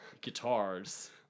guitars